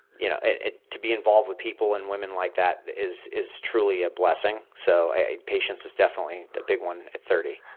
you know, ah to be involved with people and women like that is is truly a blessing, so patience is definitely a big one at thirty.